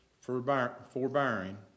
forbearing